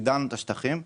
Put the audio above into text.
הגדלנו את השטחים ,